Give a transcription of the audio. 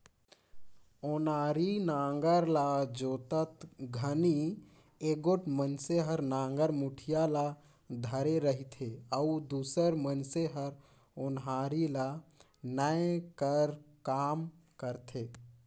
ओनारी नांगर ल जोतत घनी एगोट मइनसे हर नागर मुठिया ल धरे रहथे अउ दूसर मइनसे हर ओन्हारी ल नाए कर काम करथे